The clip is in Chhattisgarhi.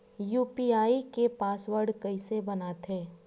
यू.पी.आई के पासवर्ड कइसे बनाथे?